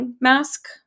mask